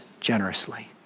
generously